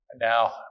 Now